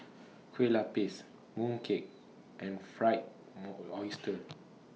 Kueh Lapis Mooncake and Fried More Oyster